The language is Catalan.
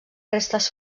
restes